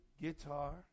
guitar